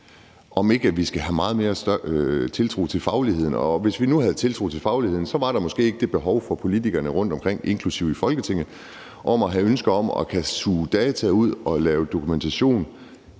vi ikke skal have meget mere tiltro til fagligheden. Og hvis vi nu havde tiltro til fagligheden, var der måske ikke hos politikerne rundtomkring, inklusive i Folketinget, det behov for og ønske om at kunne suge data ud og lave dokumentation,